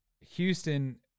Houston